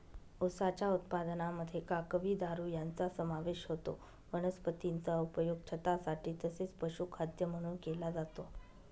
उसाच्या उत्पादनामध्ये काकवी, दारू यांचा समावेश होतो वनस्पतीचा उपयोग छतासाठी तसेच पशुखाद्य म्हणून केला जातो